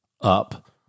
up